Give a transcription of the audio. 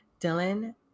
Dylan